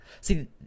See